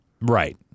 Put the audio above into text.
Right